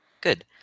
Good